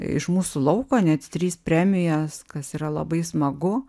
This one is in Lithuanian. iš mūsų lauko net trys premijos kas yra labai smagu